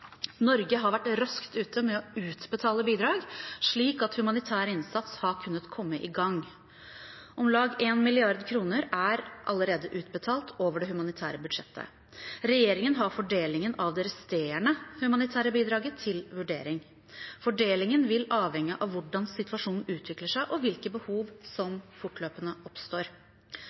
Norge har vært raskt ute med å utbetale bidrag slik at humanitær innsats har kunnet komme i gang. Om lag 1 mrd. kr er allerede utbetalt over det humanitære budsjettet. Regjeringen har fordelingen av det resterende humanitære bidraget til vurdering. Fordelingen vil avhenge av hvordan situasjonen utvikler seg, og hvilke behov som fortløpende oppstår.